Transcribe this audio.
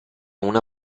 una